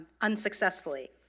unsuccessfully